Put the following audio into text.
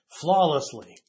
flawlessly